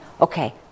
okay